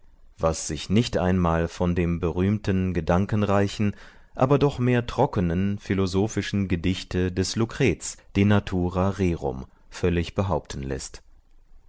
was sich nicht einmal von dem berühmten gedankenreichen aber doch mehr trockenen philosophischen gedichte des lucrez de natura rerum völlig behaupten läßt